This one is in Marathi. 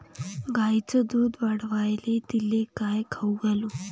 गायीचं दुध वाढवायले तिले काय खाऊ घालू?